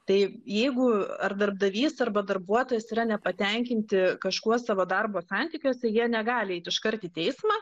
tai jeigu ar darbdavys arba darbuotojas yra nepatenkinti kažkuo savo darbo santykiuose jie negali eit iškart į teismą